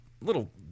little